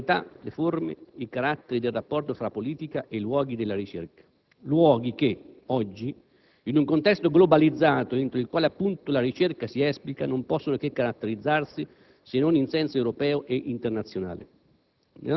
la qualità, le forme, i caratteri del rapporto tra politica e luoghi della ricerca. Luoghi che oggi, in un contesto globalizzato, entro il quale appunto la ricerca si esplica, non possono che caratterizzarsi se non in senso europeo ed internazionale.